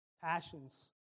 passions